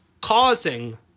causing